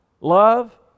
love